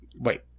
Wait